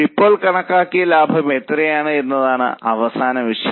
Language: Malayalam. ഇപ്പോൾ കണക്കാക്കിയ ലാഭം എത്രയാണ് എന്നതാണ് അവസാന വിഷയം